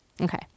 Okay